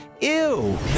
EW